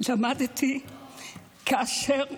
למדתי כאשר